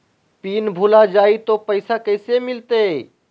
Pin भूला जाई तो पैसा कैसे मिलते?